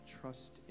trust